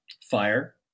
fire